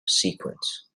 sequence